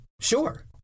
Sure